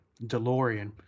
DeLorean